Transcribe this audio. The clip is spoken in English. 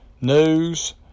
news